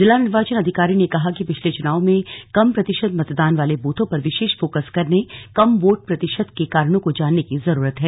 जिला निर्वाचन अधिकारी ने कहा कि पिछले चुनाव में कम प्रतिशत मतदान वाले बूथों पर विशेष फोकस करने कम वोट प्रतिशत के कारणों को जानने की जरूरत है